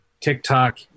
TikTok